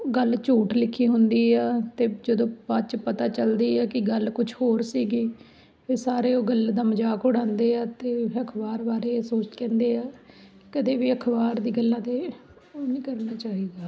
ਗੱਲ ਝੂਠ ਲਿਖੀ ਹੁੰਦੀ ਆ ਅਤੇ ਜਦੋਂ ਬਾਅਦ 'ਚ ਪਤਾ ਚੱਲਦੀ ਆ ਕਿ ਗੱਲ ਕੁਛ ਹੋਰ ਸੀਗੀ ਫੇਰ ਸਾਰੇ ਉਹ ਗੱਲ ਦਾ ਮਜ਼ਾਕ ਉਡਾਉਂਦੇ ਹੈ ਅਤੇ ਅਖ਼ਬਾਰ ਵਾਲੇ ਝੂਠ ਕਹਿੰਦੇ ਹੈ ਕਦੇ ਵੀ ਅਖ਼ਬਾਰ ਦੀ ਗੱਲਾਂ 'ਤੇ ਉਹ ਨਹੀਂ ਕਰਨਾ ਚਾਹੀਦਾ ਹੈ